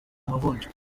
amavunja